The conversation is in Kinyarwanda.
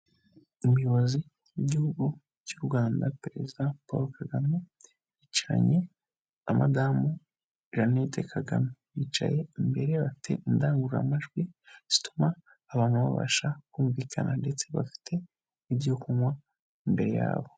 Umuyobozi w'Igihugu cy'u Rwanda Perezida Paul Kagame, yicaranye na madamu Jeannette Kagame, bicaye imbere bafite indangururamajwi zituma abantu babasha kumvikana ndetse bafite n'ibyo kunywa imbere yabo.